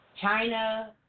China